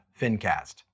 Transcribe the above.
FinCast